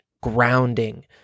grounding